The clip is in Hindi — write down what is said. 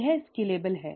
यह स्केलेबल है